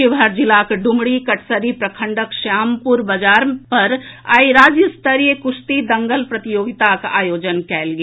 शिवहर जिलाक डुमरी कटसरी प्रखंडक श्यामपुर बाजार पर आइ राज्य स्तरीय कुश्ती दंगल प्रतियोगिताक आयोजन कयल गेल